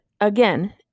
again